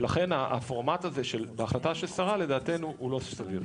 ולכן הפורמט הזה של בהחלטה של שרה לדעתנו הוא לא סביר.